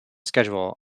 schedule